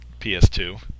PS2